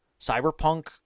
Cyberpunk